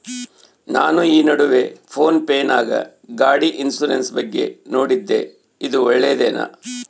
ನಾನು ಈ ನಡುವೆ ಫೋನ್ ಪೇ ನಾಗ ಗಾಡಿ ಇನ್ಸುರೆನ್ಸ್ ಬಗ್ಗೆ ನೋಡಿದ್ದೇ ಇದು ಒಳ್ಳೇದೇನಾ?